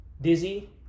dizzy